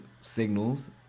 signals